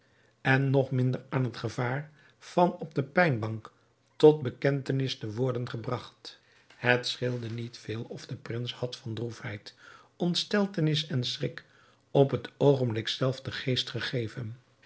en nog minder aan het gevaar van op de pijnbank tot bekentenis te worden gebragt het scheelde niet veel of de prins had van droefheid ontsteltenis en schrik op het oogenblik zelf den geest gegeven